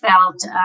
felt